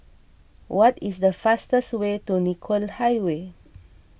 what is the fastest way to Nicoll Highway